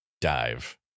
dive